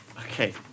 Okay